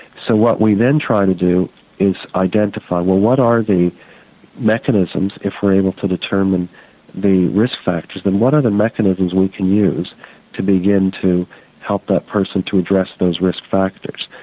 so what we then try to do is identify well what are the mechanisms if we're able to determine the risk factors? what are the mechanisms we can use to begin to help that person to address those risk factors?